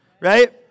Right